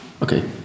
Okay